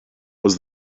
was